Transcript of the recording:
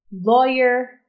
Lawyer